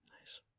Nice